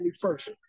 first